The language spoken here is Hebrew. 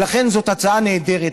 ולכן זאת הצעה נהדרת,